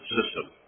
system